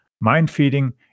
mind-feeding